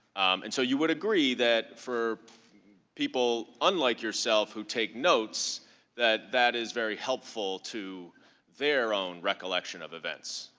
and so you would agree that for people, unlike yourself, who take notes that that is very helpful to their own recollection of events?